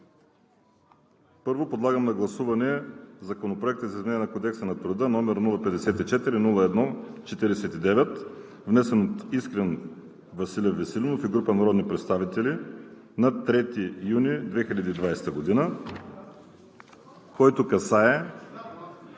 Първо подлагам на гласуване Законопроект за изменение на Кодекса на труда, № 054-01-49, внесен от Искрен Василев Веселинов и група народни представители на 3 юни 2020 г., който касае